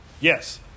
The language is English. Yes